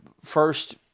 first